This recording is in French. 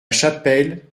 chapelle